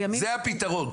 זה הפיתרון,